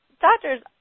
doctors